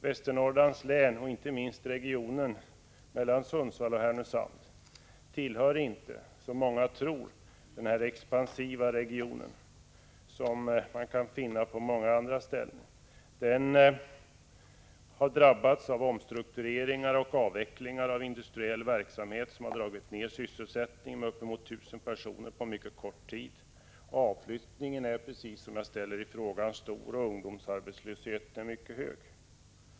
Västernorrlands län, inte minst regionen mellan Sundsvall och Härnösand, tillhör inte, så som många tror, de expansiva regioner som man kan finna på många andra håll. Länet har drabbats av omstruktureringar och avvecklingar av industriell verksamhet, vilket har dragit ner sysselsättningen med uppemot 1 000 personer på mycket kort tid. Avflyttningen är, precis som jag påpekar i frågan, stor och ungdomsarbetslösheten mycket hög.